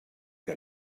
que